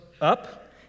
up